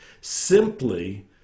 simply